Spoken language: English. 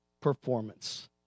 performance